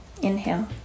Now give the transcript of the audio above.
Inhale